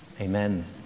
Amen